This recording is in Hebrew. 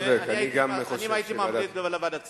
הייתי ממליץ, לוועדת כספים.